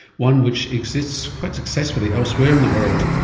one which exists quite successfully elsewhere in the world.